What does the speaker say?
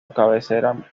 cabecera